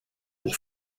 pour